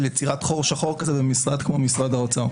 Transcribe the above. יצירת חור שחור כזה במשרד כמו משרד האוצר.